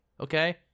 Okay